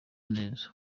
neza